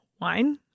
Wine